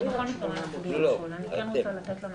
אני הולכת לבד עם בעלי, אני לא צריכה מסכה.